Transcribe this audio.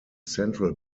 central